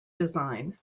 design